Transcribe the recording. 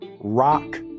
rock